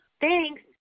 Thanks